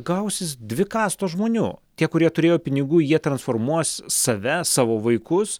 gausis dvi kastos žmonių tie kurie turėjo pinigų jie transformuos save savo vaikus